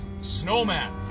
Snowman